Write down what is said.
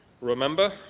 remember